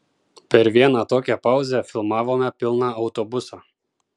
per vieną tokią pauzę filmavome pilną autobusą